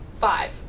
five